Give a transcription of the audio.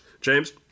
James